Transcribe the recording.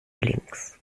links